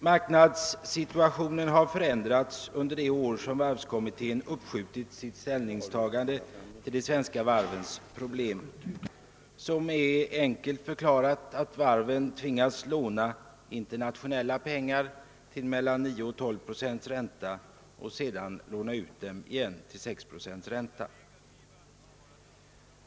Marknadssituationen har förändrats under de år som varvskommittén uppskjutit sitt ställningstagande till de svenska varvens problem, som enkelt uttryckt består i att varven tvingas låna internationella pengar till 9J—12 procents ränta och sedan låna ut dem igen till 6 procents ränta.